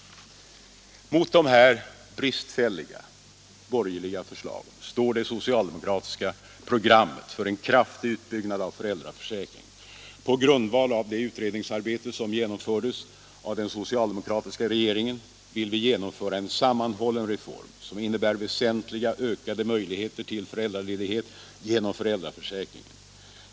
Mot dessa bristfälliga borgerliga förslag står det socialdemokratiska programmet för en kraftig utbyggnad av föräldraförsäkringen. På grundval av det utredningsarbete som genomfördes av den socialdemokratiska regeringen vill vi genomföra en sammanhållen reform, som innebär väsentligt ökade möjligheter till föräldraledighet genom föräldraförsäkringen.